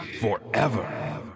forever